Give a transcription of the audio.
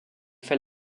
fait